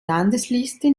landesliste